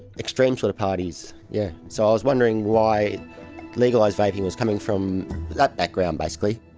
extreme sort of parties. yeah. so i was wondering why legalise vaping was coming from that background basically.